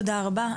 תודה רבה.